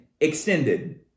extended